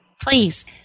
Please